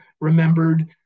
remembered